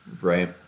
right